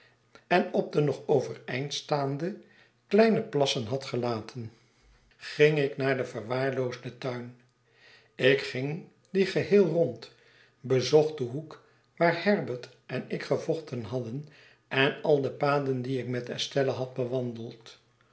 en op de nog oyereind staande kleine plassen had gelaten ging ik naar den verwaarloosden tuin ik ging dien geheel rond bezocht den hoek waar herbert en ik gevochten hadden en al de paden die ik met estella had bewandeld